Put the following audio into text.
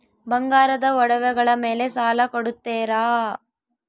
ಬಂಗಾರದ ಒಡವೆಗಳ ಮೇಲೆ ಸಾಲ ಕೊಡುತ್ತೇರಾ?